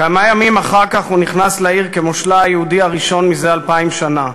כמה ימים אחר כך הוא נכנס לעיר כמושלה היהודי הראשון מזה אלפיים שנה,